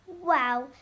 Wow